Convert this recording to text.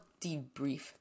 debrief